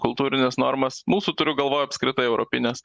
kultūrines normas mūsų turiu galvoj apskritai europines